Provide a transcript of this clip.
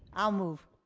i'll move.